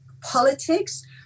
politics